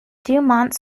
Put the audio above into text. dumont